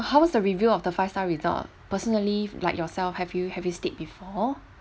how is the review of the five star resort personally like yourself have you have you stayed before